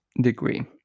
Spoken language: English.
degree